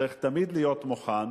צריך תמיד להיות מוכן.